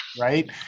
Right